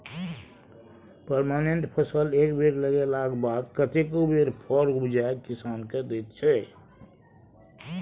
permanent फसल एक बेर लगेलाक बाद कतेको बेर फर उपजाए किसान केँ दैत छै